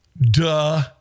duh